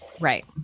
Right